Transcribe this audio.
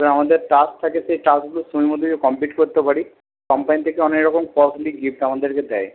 তো আমাদের টাস্ক থাকে সেই টাস্কগুলো সময় মতো যদি কমপ্লিট করতে পারি কোম্পানি থেকে অনেক রকম কস্টলি গিফট আমাদেরকে দেয়